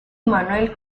manuel